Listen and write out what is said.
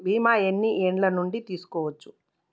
బీమా ఎన్ని ఏండ్ల నుండి తీసుకోవచ్చు?